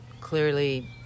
clearly